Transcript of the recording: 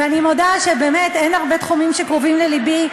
ואני מודה שבאמת אין הרבה תחומים שקרובים ללבי,